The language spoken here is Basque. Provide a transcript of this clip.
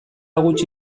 gutxi